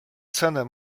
cenę